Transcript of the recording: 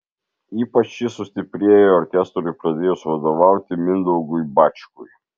ypač ji sustiprėjo orkestrui pradėjus vadovauti mindaugui bačkui